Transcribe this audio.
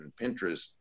Pinterest